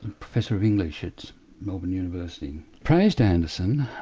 professor of english at melbourne university, praised anderson,